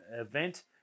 event